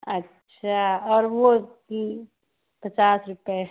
अच्छा और वह पचास रुपये